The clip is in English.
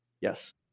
Yes